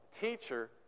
teacher